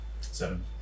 Seven